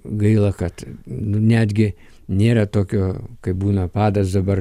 gaila kad netgi nėra tokio kaip būna padas dabar